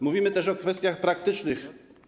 Mówimy też o kwestiach praktycznych.